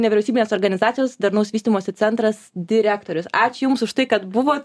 nevyriausybinės organizacijos darnaus vystymosi centras direktorius ačiū jums už tai kad buvot